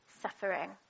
suffering